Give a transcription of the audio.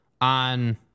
on